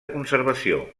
conservació